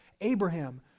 Abraham